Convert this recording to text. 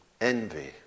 Envy